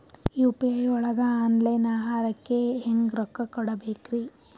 UPI ಒಳಗ online ಆಹಾರಕ್ಕೆ ಹೆಂಗ್ ರೊಕ್ಕ ಕೊಡಬೇಕ್ರಿ?